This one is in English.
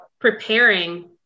preparing